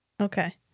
Okay